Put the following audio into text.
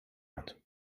hat